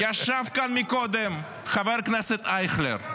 ישב כאן קודם חבר הכנסת אייכלר,